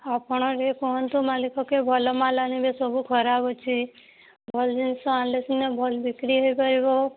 ଆଉ କ'ଣ ଯେ କୁହନ୍ତୁ ମାଲିକକୁ ଭଲ ମାଲ୍ ଆଣିବେ ସବୁ ଖରାପ ଅଛି ଭଲ ଜିନିଷ ଆଣିଲେ ସିନା ଭଲ ବିକ୍ରି ହୋଇପାରିବ